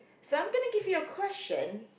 so I'm gonna give you a question